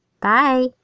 bye